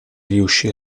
riuscì